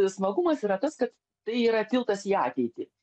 smagumas yra tas kad tai yra tiltas į ateitį